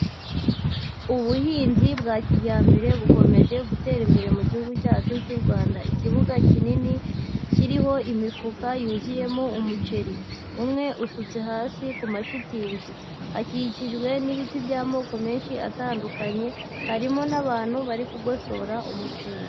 Ubuhinzi bwa kijyambere bukomeje gutera imbere mu gihugu cyacu cy'u Rwanda, ikibuga kinini kiriho imifuka yuzuyemo umuceri, umwe usutse hasi ku mashitingi, hakikijwe n'ibiti by'amoko menshi atandukanye, harimo n'abantu bari kugosora umuceri.